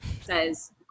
says